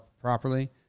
properly